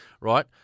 right